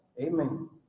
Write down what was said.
Amen